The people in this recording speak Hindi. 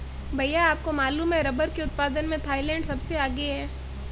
भैया आपको मालूम है रब्बर के उत्पादन में थाईलैंड सबसे आगे हैं